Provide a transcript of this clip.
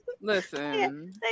Listen